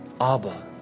Abba